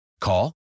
Call